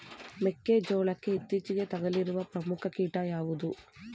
ಮೆಕ್ಕೆ ಜೋಳಕ್ಕೆ ಇತ್ತೀಚೆಗೆ ತಗುಲಿರುವ ಪ್ರಮುಖ ಕೀಟ ಯಾವುದು?